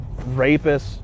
rapists